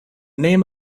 name